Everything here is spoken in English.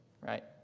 Right